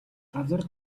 газар